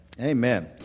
Amen